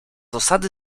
osady